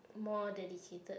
more dedicated